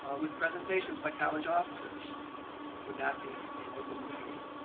ah with presentations by college officers would not be an open meeting,